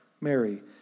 Mary